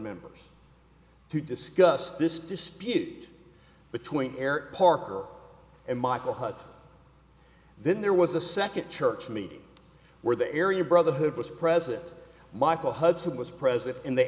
members to discuss this dispute between air parker and michael hudson then there was a second church meeting where the area brotherhood was present michael hudson was president and they